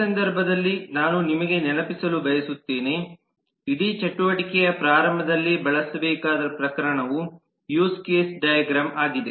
ಈ ಸಂದರ್ಭದಲ್ಲಿ ನಾನು ನಿಮಗೆ ನೆನಪಿಸಲು ಬಯಸುತ್ತೇನೆ ಇಡೀ ಚಟುವಟಿಕೆಯ ಪ್ರಾರಂಭದಲ್ಲಿ ಬಳಸಬೇಕಾದ ಪ್ರಕರಣವು ಯೂಸ್ ಕೇಸ್ ಡೈಗ್ರಾಮ್ ಆಗಿದೆ